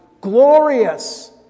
glorious